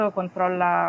controlla